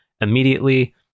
immediately